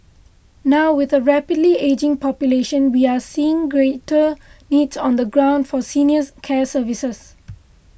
now with a rapidly ageing population we are seeing greater needs on the ground for senior care services